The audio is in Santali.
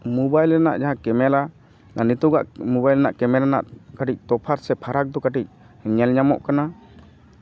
ᱢᱳᱵᱟᱭᱤᱞ ᱨᱮᱱᱟᱜ ᱡᱟᱦᱟᱸ ᱠᱮᱢᱮᱨᱟ ᱱᱤᱛᱚᱜ ᱟᱜ ᱢᱳᱵᱟᱭᱤᱞ ᱨᱮᱱᱟᱜ ᱠᱮᱢᱮᱨᱟ ᱨᱮᱱᱟᱜ ᱠᱟᱹᱴᱤᱡ ᱛᱚᱯᱷᱟᱛ ᱥᱮ ᱯᱷᱟᱨᱟᱠ ᱫᱚ ᱠᱟᱹᱴᱤᱡ ᱧᱮᱞ ᱧᱟᱢᱚᱜ ᱠᱟᱱᱟ